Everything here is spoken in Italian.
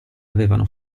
avevano